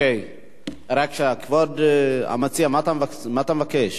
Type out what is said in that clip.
כבוד המציע, מה אתה מבקש?